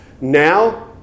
now